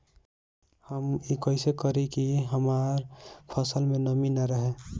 हम ई कइसे करी की हमार फसल में नमी ना रहे?